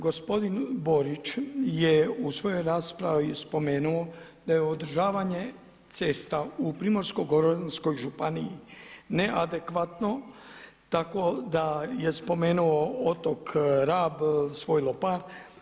Gospodin Borić je u svojoj raspravi spomenuo da je održavanje cesta u Primorsko-goranskoj županiji neadekvatno, tako da je spomenuo otok Rab, svoj Lopar.